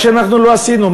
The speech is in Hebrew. מה שאנחנו לא עשינו,